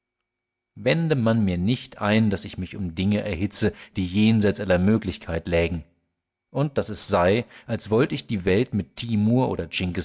wende man mir nicht ein daß ich mich um dinge erhitze die jenseits aller möglichkeit lägen und daß es sei als wollt ich die welt mit timur oder